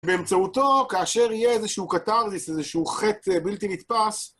באמצעותו, כאשר יהיה איזשהו קתרזיס, איזשהו חטא בלתי נתפס,